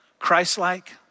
Christ-like